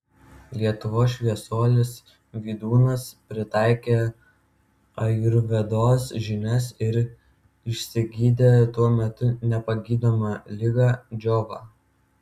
lietuvos šviesuolis vydūnas pritaikė ajurvedos žinias ir išsigydė tuo metu nepagydomą ligą džiovą